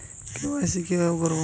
KYC কিভাবে করব?